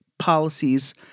policies